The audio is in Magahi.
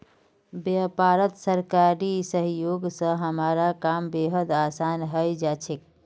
व्यापारत सरकारी सहयोग स हमारा काम बेहद आसान हइ जा छेक